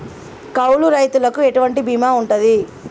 కౌలు రైతులకు ఎటువంటి బీమా ఉంటది?